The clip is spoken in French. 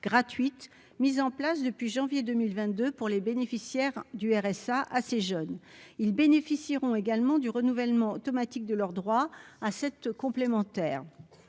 gratuites mises en place depuis janvier 2022 pour les bénéficiaires du RSA à ces jeunes, ils bénéficieront également du renouvellement automatique de leur droit à 7 complémentaires,